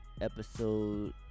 episode